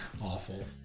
Awful